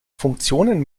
funktionen